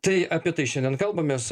tai apie tai šiandien kalbamės